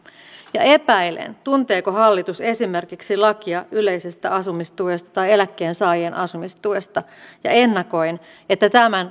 ja epäilen tunteeko hallitus esimerkiksi lakia yleisestä asumistuesta tai eläkkeensaajien asumistuesta ja ennakoin että tämän